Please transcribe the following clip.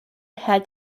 had